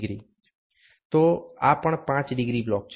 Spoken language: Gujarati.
તો આ પણ 5 ડિગ્રી બ્લોક છે